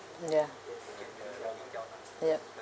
ya yup